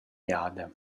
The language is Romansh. jada